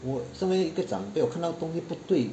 我身为一个长辈我看到东西不对